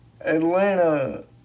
Atlanta